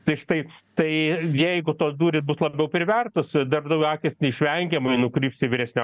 tai štai tai jeigu tos durys bus labiau privertos darbdavio akys neišvengiamai nukryps į vyresnio